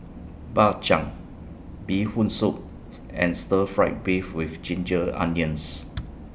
Bak Chang Bee Hoon Soup and Stir Fried Beef with Ginger Onions